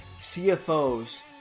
CFOs